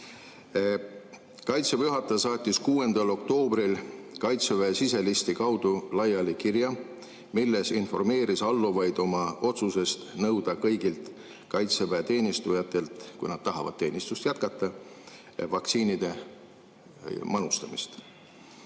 juhataja saatis 6. oktoobril Kaitseväe siselisti kaudu laiali kirja, milles informeeris alluvaid oma otsusest nõuda kõigilt Kaitseväe teenistujatelt, kui nad tahavad teenistust jätkata, vaktsiinide manustamist.